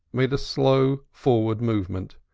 made a slow, forward movement,